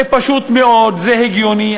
זה פשוט מאוד, זה הגיוני.